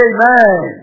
Amen